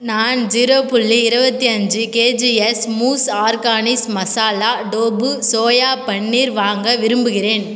நான் ஜீரோ புள்ளி இருபத்தி அஞ்சு kgs Moos organics masala tofu soya paneer வாங்க விரும்புகிறேன்